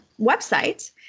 website